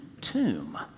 tomb